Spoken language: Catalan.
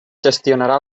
gestionarà